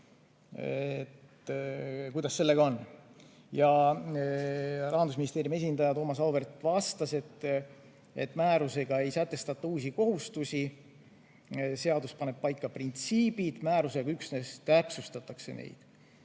Kuidas sellega on? Rahandusministeeriumi esindaja Thomas Auväärt vastas, et määrusega ei sätestata uusi kohustusi, seadus paneb paika printsiibid, määrusega üksnes täpsustatakse neid.